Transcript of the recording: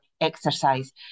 exercise